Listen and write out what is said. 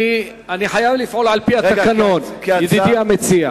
אני חייב לפעול על-פי התקנון, ידידי המציע.